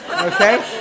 okay